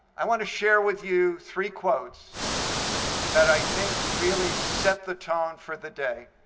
i want to share with you three quotes that i think really set the tone for the day.